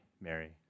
Mary